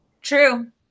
True